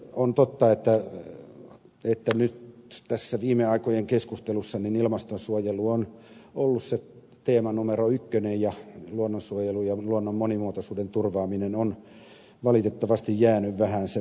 on totta että nyt tässä viime aikojen keskustelussa ilmastonsuojelu on ollut se teema numero ykkönen ja luonnonsuojelu ja luonnon monimuotoisuuden turvaaminen on valitettavasti jäänyt vähän sen varjoon